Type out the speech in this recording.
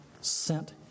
sent